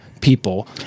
people